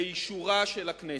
באישורה של הכנסת.